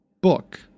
book